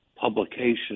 publication